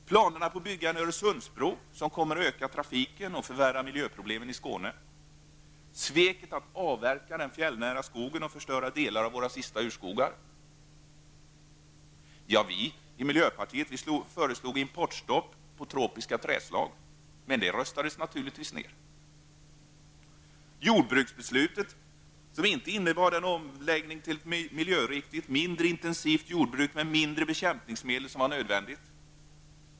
Planerna på att bygga en Öresundsbro kommer att öka trafiken och förvärra miljöproblemen i Skåne. Sveket att avverka de fjällnära skogarna förstör delar av våra sista urskogar. Miljöpartiet har föreslagit importstopp på tropiska träslag, men det har naturligtvis röstats ner. Jordbruksbeslutet innebär inte den omläggning till ett miljöriktigt mindre intensivt jordbruk med mindre bekämpningsmedel som var nödvändig.